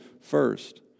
first